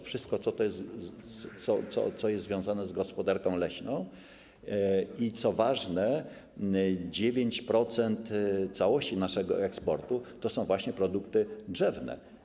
Wszystko to, co jest związane z gospodarką leśną, i - co ważne - 9% całości naszego eksportu to są produkty drzewne.